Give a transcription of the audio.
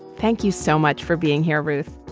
thank you so much for being here, ruth.